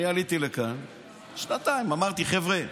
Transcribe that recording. שנתיים עליתי לכאן ואמרתי: חבר'ה,